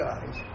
guys